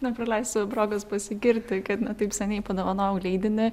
nepraleisiu progos pasigirti kad ne taip seniai padovanojau leidinį